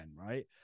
right